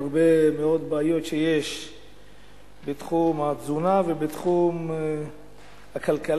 הרבה מאוד בעיות יש בתחום התזונה ובתחום הכלכלה.